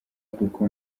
kuko